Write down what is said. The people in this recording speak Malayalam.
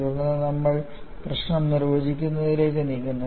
തുടർന്ന് നമ്മൾ പ്രശ്നം നിർവചിക്കുന്നതിലേക്ക് നീങ്ങുന്നു